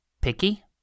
picky